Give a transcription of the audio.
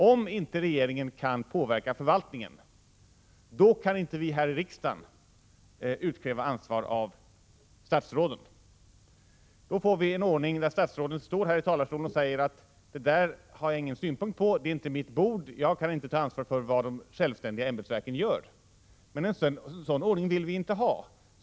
Om inte regeringen kan påverka förvaltningen, kan inte vi här i riksdagen utkräva ansvar av statsråden. Då får vi en ordning där statsråden står här i talarstolen och säger att det och det har jag ingen synpunkt på — det är inte mitt bord, jag kan inte ta ansvar för vad de självständiga verken gör. Men en sådan ordning vill vi inte ha.